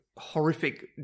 Horrific